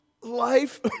life